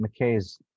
McKay's